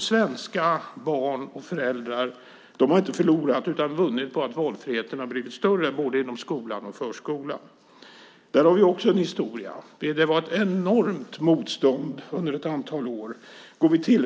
Svenska barn och föräldrar har inte förlorat utan vunnit på att valfriheten har blivit större inom både skolan och förskolan. Där har vi också en historia. Det var ett enormt motstånd under ett antal år mot detta.